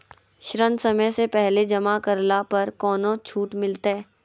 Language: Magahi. ऋण समय से पहले जमा करला पर कौनो छुट मिलतैय?